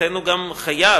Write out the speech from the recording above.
לכן הוא גם חייב